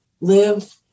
live